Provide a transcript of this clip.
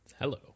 Hello